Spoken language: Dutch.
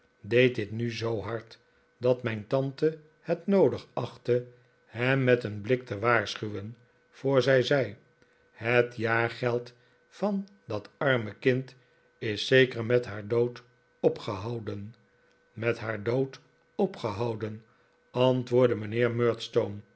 deed dit nu zoo hard dat mijn tante het noodig achtte hem met een blik te waarschuwen yoor zij zei het jaargeld van dat arme kind is zeker met haar dood opgehouden met haar dood opgehouden antwoordde mijnheer